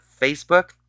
facebook